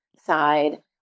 side